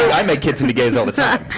i make kids into gays all the time.